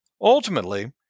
Ultimately